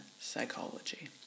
psychology